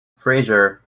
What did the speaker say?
fraser